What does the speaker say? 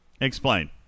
Explain